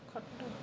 ଖଟ